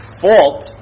fault